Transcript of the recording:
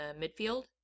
midfield